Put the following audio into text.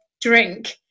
drink